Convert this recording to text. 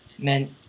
meant